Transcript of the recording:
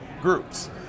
groups